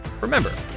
Remember